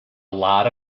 lot